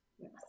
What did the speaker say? Yes